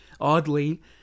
Oddly